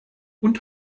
und